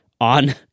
on